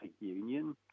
Union